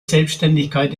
selbständigkeit